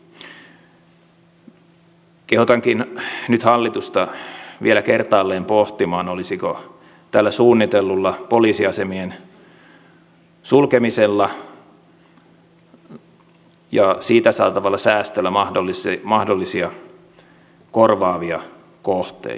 kehotankin nyt hallitusta vielä kertaalleen pohtimaan olisiko tälle suunnitellulle poliisiasemien sulkemiselle ja siitä saatavalle säästölle mahdollisia korvaavia kohteita